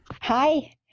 Hi